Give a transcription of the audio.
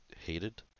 Hated